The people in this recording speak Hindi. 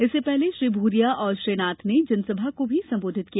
इससे पहले श्री भूरिया और श्री नाथ ने जनसभा को भी संबोधित किया